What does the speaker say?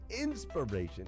inspiration